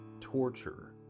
torture